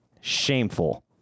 Shameful